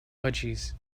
budgies